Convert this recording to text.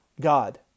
God